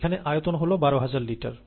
এখানে আয়তন হল 12 হাজার লিটার